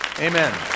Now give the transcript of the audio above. Amen